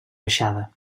baixada